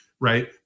right